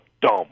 Dumb